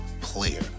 Player